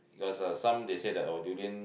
because uh some they say that oh durian